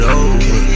over